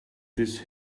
these